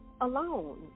alone